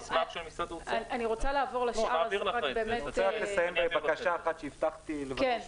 אני רוצה לסיים בבקשה אחת שהבטחתי לבקש: